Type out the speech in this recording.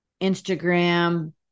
Instagram